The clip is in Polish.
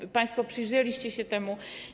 Czy państwo przyjrzeliście się temu?